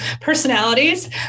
personalities